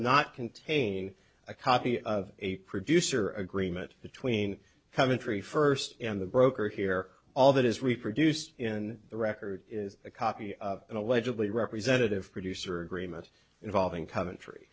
not contain a copy of a producer agreement between commentary first and the broker here all that is reproduced in the record is a copy of an allegedly representative producer agreement involving coventry